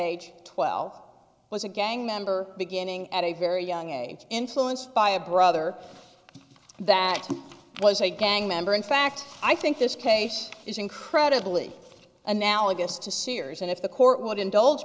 age twelve was a gang member beginning at a very young age influenced by a brother that was a gang member in fact i think this case is incredibly analogous to sears and if the court would indulge